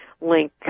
link